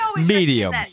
medium